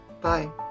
Bye